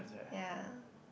ya